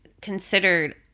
considered